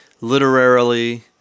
literarily